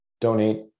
donate